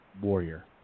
warrior